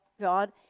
God